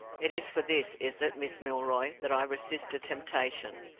it is for this, is it, miss milroy, that i resisted temptation,